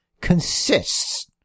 consists